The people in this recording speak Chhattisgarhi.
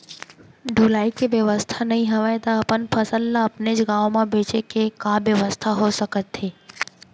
ढुलाई के बेवस्था नई हवय ता अपन फसल ला अपनेच गांव मा बेचे के का बेवस्था हो सकत हे?